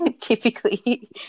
typically